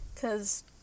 cause